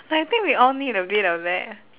like I think we all need a bit of that